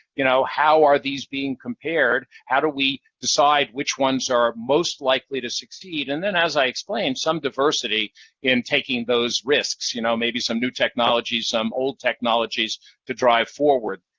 you know how are these being compared? how do we decide which ones are most likely to succeed? and then, as i explained, some diversity in taking those risks. you know maybe some new technology, some old technologies to drive forward.